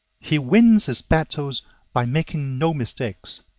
he wins his battles by making no mistakes.